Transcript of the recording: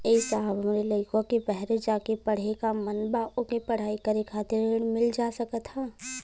ए साहब हमरे लईकवा के बहरे जाके पढ़े क मन बा ओके पढ़ाई करे खातिर ऋण मिल जा सकत ह?